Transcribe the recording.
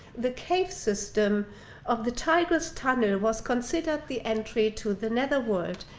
the cave system of the tigris tunnel was considered the entry to the netherworld,